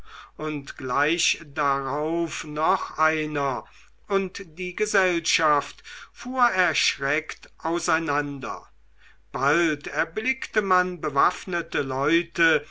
und gleich darauf noch einer und die gesellschaft fuhr erschreckt auseinander bald erblickte man bewaffnete leute